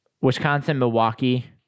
Wisconsin-Milwaukee